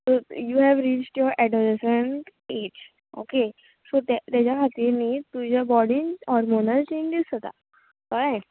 so you have reached your adolescent age okay so तें तेज्या खातीर न्ही तुज्या बॉडीन हॉर्मोनल चेंजीस जाता कळ्ळें